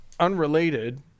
Unrelated